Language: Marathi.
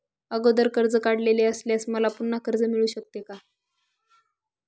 अगोदर कर्ज काढलेले असल्यास मला पुन्हा कर्ज मिळू शकते का?